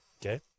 okay